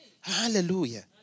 Hallelujah